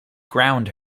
ground